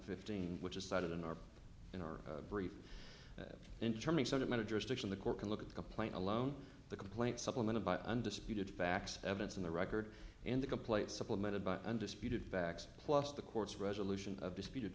fifteen which is cited in our in our brief in terming sort of manager sticks in the court can look at the complaint alone the complaint supplemented by undisputed facts evidence in the record and the complaint supplemented by undisputed facts plus the court's resolution of disputed